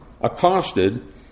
accosted